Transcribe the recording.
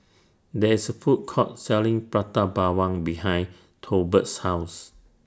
There IS A Food Court Selling Prata Bawang behind Tolbert's House